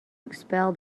expel